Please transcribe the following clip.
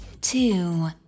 two